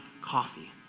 coffee